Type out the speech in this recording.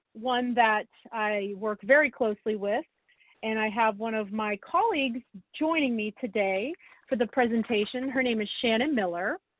one that i work very closely with and i have one of my colleagues joining me today for the presentation. her name is shannon miller,